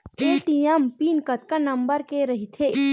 ATM PIN कतका number के रही थे?